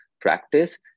practice